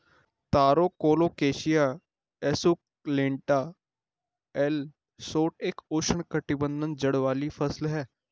तारो Colocasia esculenta L Schott एक उष्णकटिबंधीय जड़ वाली फसल है